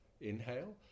inhale